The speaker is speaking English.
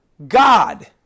God